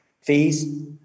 fees